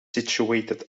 situated